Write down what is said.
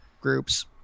groups